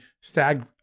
stag